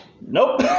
Nope